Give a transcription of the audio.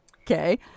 Okay